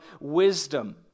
wisdom